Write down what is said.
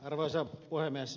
arvoisa puhemies